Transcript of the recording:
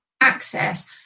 access